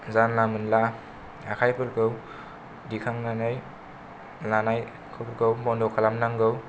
जानला मानला आखाइफोरखौ दिखांनानै लानायखौ बन्द खालामनांगौ